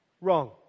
wrong